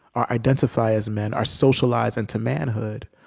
or identify as men, are socialized into manhood